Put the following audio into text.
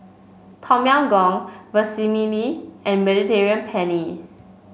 Tom Yam Goong Vermicelli and Mediterranean Penne